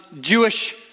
Jewish